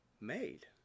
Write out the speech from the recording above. made